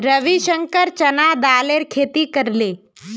रविशंकर चना दालेर खेती करले